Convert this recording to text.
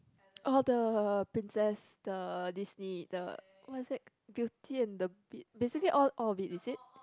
orh the princess the Disney the what's that beauty and the beast basically all all of it is it